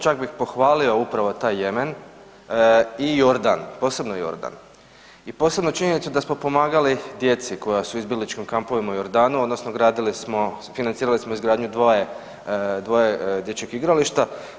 Čak bih pohvalio upravo taj Jemen i Jordan, posebno Jordan i posebno činjenicu da smo pomagali djeci koja su u izbjegličkim kampovima u Jordanu, odnosno gradili smo, financirali smo izgradnju dva dječja igrališta.